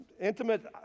intimate